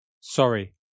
Sorry